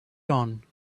gone